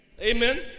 Amen